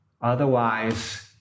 Otherwise